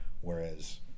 whereas